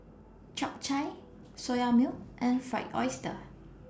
Chap Chai Soya Milk and Fried Oyster